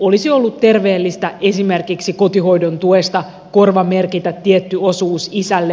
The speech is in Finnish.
olisi ollut terveellistä esimerkiksi kotihoidon tuesta korvamerkitä tietty osuus isälle